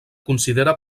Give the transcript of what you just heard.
considera